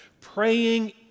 Praying